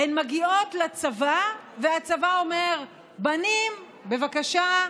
הן מגיעות לצבא, והצבא אומר: בנים, בבקשה,